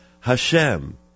Hashem